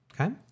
Okay